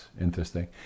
interesting